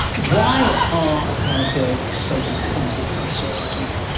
why are our birds so uniformly aggressive, do you think?